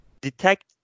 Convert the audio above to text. detect